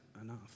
enough